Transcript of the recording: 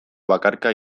bakarka